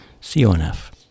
C-O-N-F